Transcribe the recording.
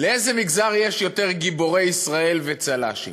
לאיזה מגזר יש יותר גיבורי ישראל וצל"שים.